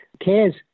cares